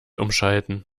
umschalten